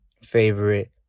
favorite